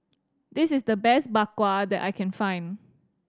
this is the best Bak Kwa that I can find